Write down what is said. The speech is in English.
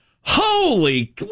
Holy